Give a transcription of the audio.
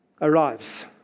Arrives